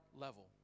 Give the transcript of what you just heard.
level